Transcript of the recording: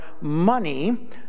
money